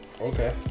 Okay